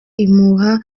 impuha